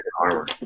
armor